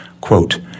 Quote